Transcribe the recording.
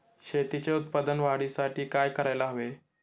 शेतीच्या उत्पादन वाढीसाठी काय करायला हवे?